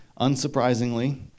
Unsurprisingly